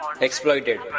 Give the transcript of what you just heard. Exploited